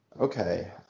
Okay